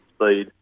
speed